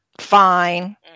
Fine